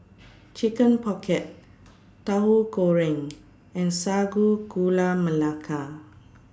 Chicken Pocket Tauhu Goreng and Sago Gula Melaka